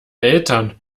eltern